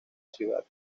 ciudad